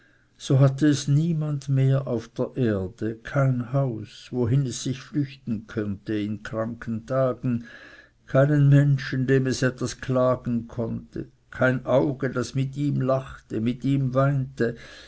so hatte es niemand mehr auf der erde kein haus wohin es sich flüchten konnte in kranken tagen keinen menschen dem es etwas klagen konnte kein auge das mit ihm lachte mit ihm weinte